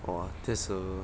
!wah! that's a